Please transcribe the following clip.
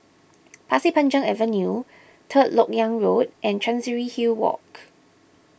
Pasir Panjang Avenue Third Lok Yang Road and Chancery Hill Walk